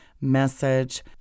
message